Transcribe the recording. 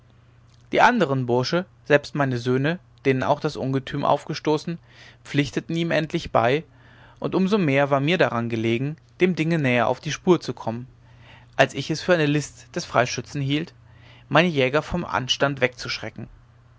die anderen bursche selbst meine söhne denen auch das ungetüm aufgestoßen pflichteten ihm endlich bei und um so mehr war mir daran gelegen dem dinge näher auf die spur zu kommen als ich es für eine list der freischützen hielt meine jäger vom anstand wegzuschrecken